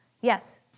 Yes